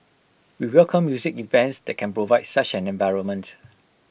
we welcome music events that can provide such an environment